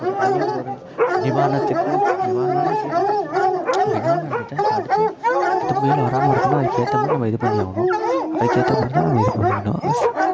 ஜனங்களும் போதும் நிவாரணத்துக்கு நிவாரணனா சரி இப்போ என்னமோ நடந்துவிட்டா இப்போ அடுத்து அடுத்த புயல் வராமல் இருக்கணுனால் அதுக்கு ஏற்ற மாதிரி நம்ம இது பண்ணி ஆகணும் அதுக்கு ஏற்ற மாதிரி தான் நம்ம இது பண்ணிக்கணும்